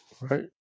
right